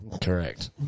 Correct